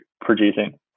producing